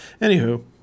anywho